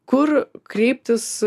kur kreiptis